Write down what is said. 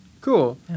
Cool